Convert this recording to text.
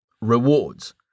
Rewards